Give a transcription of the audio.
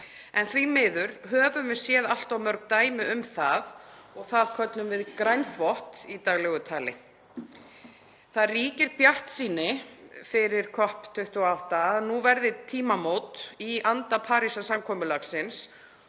En því miður höfum við séð allt of mörg dæmi um það og það köllum við grænþvott í daglegu tali. Það ríkir bjartsýni fyrir COP28 gagnvart því að nú verði tímamót í anda Parísarsáttmálans